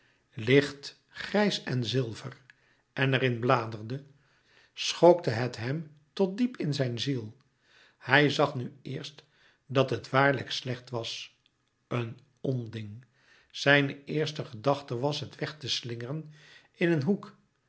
licht grijs en zilver en er in bladerde schokte het hem tot diep in zijn ziel hij zag nu eerst dat het waarlijk slecht was een onding zijne eerste gedachte was het weg te slingeren in een hoek